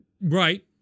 Right